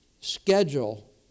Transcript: schedule